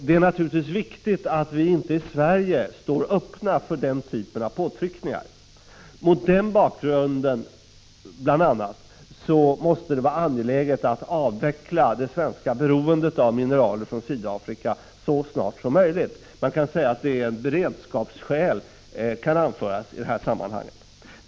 Det är naturligtvis viktigt att vi inte i Sverige står öppna för den typen av påtryckningar. Bl. a. mot den bakgrunden måste det vara angeläget att avveckla det svenska beroendet av mineraler från Sydafrika så snart som möjligt. Vi kan säga att beredskapsskäl kan anföras i det sammanhanget.